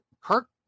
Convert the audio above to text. Kirk